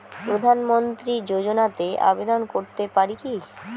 প্রধানমন্ত্রী যোজনাতে আবেদন করতে পারি কি?